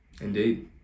Indeed